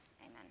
Amen